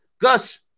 Gus